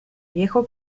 viejo